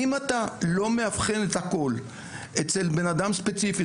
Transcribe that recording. אם אתה לא מאבחן את הכול אצל בנאדם ספציפי,